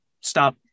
stop